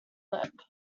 lip